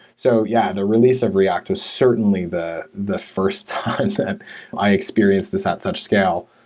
so, yeah, the re lease of react was certainly the the first time that i experienced this at such scale.